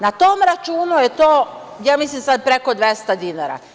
Na tom računu je to, ja mislim, sad preko 200 dinara.